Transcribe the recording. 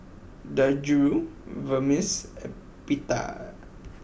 Dangojiru Vermicelli and Pita